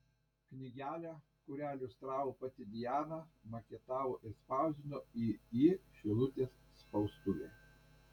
knygelę kurią iliustravo pati diana maketavo ir spausdino iį šilutės spaustuvė